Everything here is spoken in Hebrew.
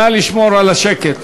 נא לשמור על השקט.